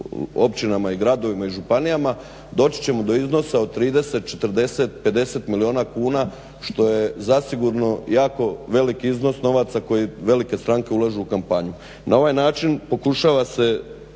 općinama, gradovima i županijama doći ćemo do iznosa od 30, 40, 50 milijuna kuna što je zasigurno jako velik iznos novaca koji velike stranke ulažu u kampanju. Na ovaj način pokušava se